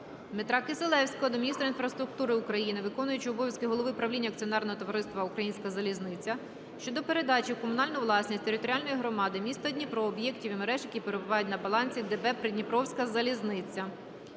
Дмитра Кисилевського до міністра інфраструктури України, виконуючого обов'язки голови правління Акціонерного товариства "Українська залізниця" щодо передачі у комунальну власність територіальної громади м. Дніпро об'єктів і мереж, які перебувають на балансі ДП "Придніпровська залізниця"